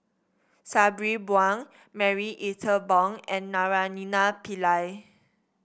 Sabri Buang Marie Ethel Bong and Naraina Pillai